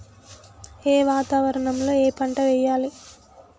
ఏ వాతావరణం లో ఏ పంట వెయ్యాలి?